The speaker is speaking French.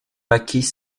pâquis